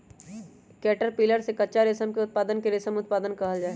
caterpillar से कच्चा रेशम के उत्पादन के रेशम उत्पादन कहल जाई छई